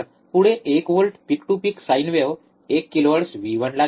पुढे एक volt peak to peak sine wave एक किलोहर्ट्झ V1ला द्या